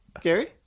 gary